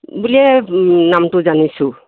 বুলিয়েই নামটো জানিছোঁ